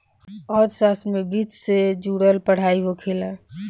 अर्थशास्त्र में वित्तसे से जुड़ल पढ़ाई होखेला